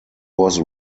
was